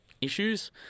issues